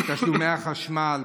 תשלומי החשמל,